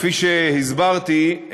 כפי שהסברתי,